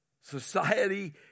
Society